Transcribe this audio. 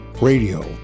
Radio